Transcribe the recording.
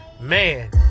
Man